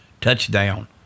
touchdown